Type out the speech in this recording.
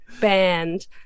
band